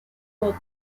both